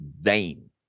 vain